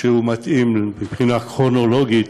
שמתאים מבחינה כרונולוגית